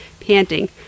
panting